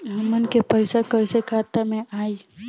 हमन के पईसा कइसे खाता में आय?